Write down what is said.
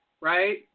right